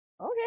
Okay